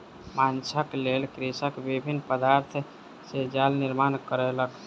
माँछक लेल कृषक विभिन्न पदार्थ सॅ जाल निर्माण कयलक